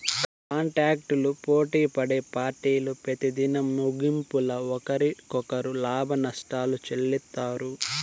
కాంటాక్టులు పోటిపడే పార్టీలు పెతిదినం ముగింపుల ఒకరికొకరు లాభనష్టాలు చెల్లిత్తారు